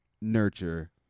nurture